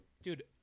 Dude